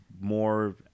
more